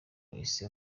isi